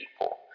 People*